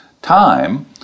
time